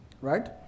Right